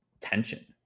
tension